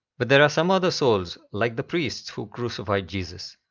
but there are some other souls like the priests who crucified jesus,